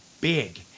big